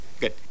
Good